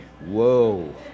Whoa